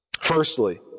Firstly